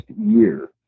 year